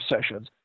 Sessions